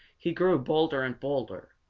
he grew bolder and bolder.